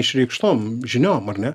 išreikštom žiniom ar ne